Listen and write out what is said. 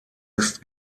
ist